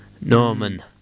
Norman